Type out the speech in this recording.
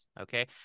okay